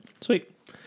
Sweet